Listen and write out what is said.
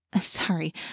Sorry